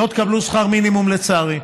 לא תקבלו שכר מינימום, לצערי.